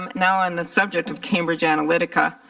um now on the subject of cambridge analytica,